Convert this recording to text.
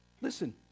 Listen